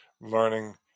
learning